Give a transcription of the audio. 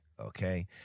Okay